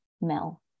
Mel